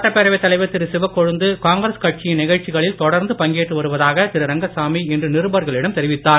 சட்டப் பேரவைத் தலைவர் திரு சிவக்கொழுந்து காங்கிரஸ் கட்சியின் நிகழ்ச்சிகளில் தொடர்ந்து பங்கேற்று வருவதாக திரு ரங்கசாமி இன்று நிருபர்களிடம் தெரிவித்தார்